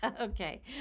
Okay